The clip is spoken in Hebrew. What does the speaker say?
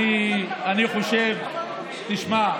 תשמע,